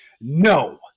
No